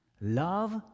love